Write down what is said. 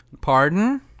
pardon